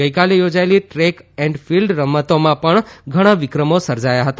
ગઇકાલે યોજાયેલી દ્રેક અને ફિલ્ડ રમતોમાં ઘણા વિક્રમો સર્જાયા હતા